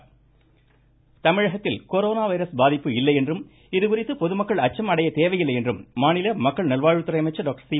corona virus தமிழகத்தில் corona virus பாதிப்பு இல்லை என்றும் இதுகுறித்து பொதுமக்கள் அச்சம் அடைய தேவையில்லை என்றும் மாநில மக்கள் நல்வாழ்வுத்துறை அமைச்சர் டாக்டர் சி